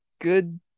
good